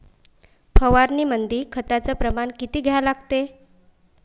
फवारनीमंदी खताचं प्रमान किती घ्या लागते?